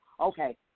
Okay